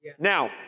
Now